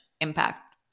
impact